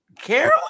Carol